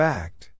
Fact